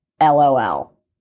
LOL